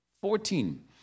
Fourteen